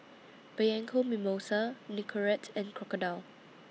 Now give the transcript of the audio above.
Bianco Mimosa Nicorette and Crocodile